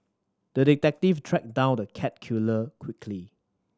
the detective tracked down the cat killer quickly